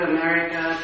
America